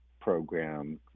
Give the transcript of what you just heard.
program